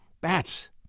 Bats